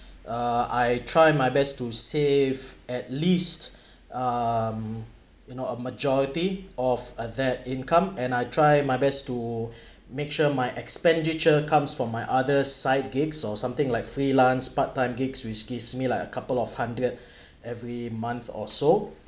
uh I try my best to save at least um you know a majority of of that income and I try my best to make sure my expenditure comes from my other side gigs or something like freelance part time gigs which gives me like a couple of hundred every month or so